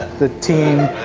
the team.